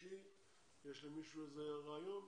יש למישהו איזשהו רעיון?